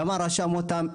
למה רשם אותם,